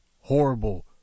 horrible